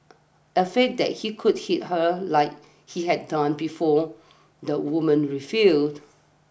afraid that he could hit her like he had done before the woman refused